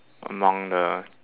among the